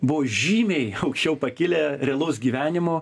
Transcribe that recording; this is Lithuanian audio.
buvo žymiai aukščiau pakilę realaus gyvenimo